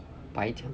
白讲